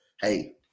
hey